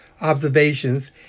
observations